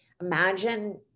Imagine